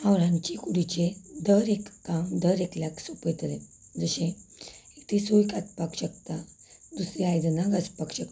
हांव रांदचे कुडीचें दर एक काम दर एकल्याक सोंपयतलें जशें एकटी सोय कातपाक शकता दुसरी आयदनां घासपाक शकता